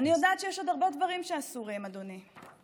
אני יודעת שיש עוד הרבה דברים שאסורים, אדוני.